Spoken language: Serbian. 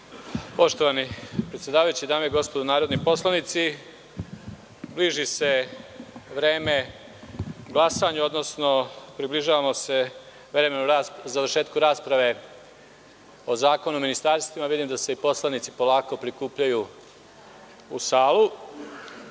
**Janko Veselinović** Dame i gospodo narodni poslanici, bliži se vreme glasanja, odnosno približava se vreme završetka rasprave o Zakonu o ministarstvima i vidim da se poslanici polako prikupljaju u salu. Moj